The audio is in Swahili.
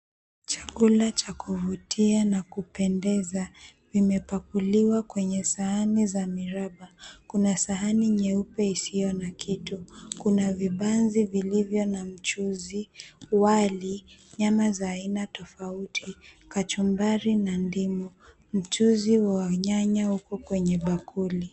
Chakula cha kuvutia na kupendeza vimepakuliwa kwenye sahani za miraba kuna sahani nyeupe isiyo na kitu, kuna vibanzi vilivyo na mchuuzi, wali, nyama za aina tofauti, kachumbari na ndimu, mchuuzi wa nyanya upo kwenye bakuli.